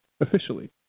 officially